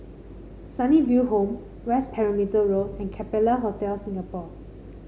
Sunnyville Home West Perimeter Road and Capella Hotel Singapore